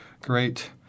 great